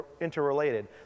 interrelated